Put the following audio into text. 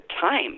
time